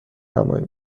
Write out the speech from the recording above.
نمایی